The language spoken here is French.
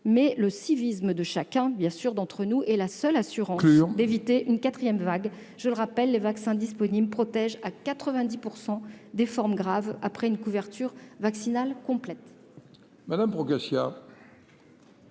mais le civisme de chacun d'entre nous est la seule assurance d'éviter une quatrième vague. Je le rappelle, les vaccins disponibles protègent à 90 % des formes graves après une couverture vaccinale complète.